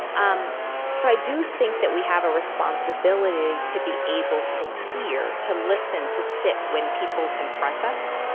um so i do think that we have a responsibility to be able to hear, to listen, to sit, when people confront us.